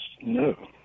No